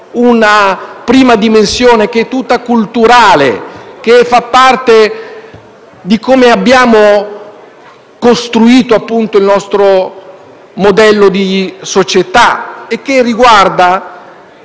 una prima dimensione tutta culturale, che fa parte di come abbiamo costruito il nostro modello di società. Mi riferisco